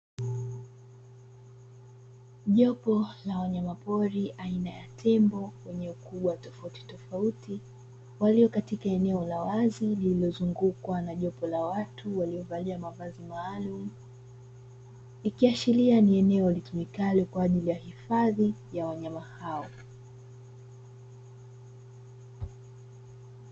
Jopo la wanyama pori aina ya tembo wenye ukubwa tofauti tofauti walio katika eneo la wazi lililozungukwa na jopo la watu waliovalia mavazi maalumu ikiashiria ni eneo litumikalo kwa ajili ya hifadhi ya wanyama hao.